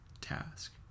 task